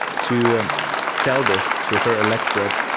to sell this to her electorate,